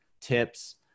tips